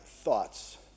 Thoughts